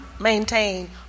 maintain